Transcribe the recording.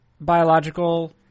biological